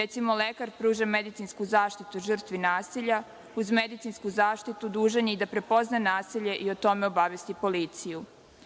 Recimo, lekar pruža medicinsku zaštitu žrtvi nasilja, uz medicinsku zaštitu dužan je i da prepozna nasilje i o tome obavesti policiju. Pojam